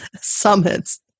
Summits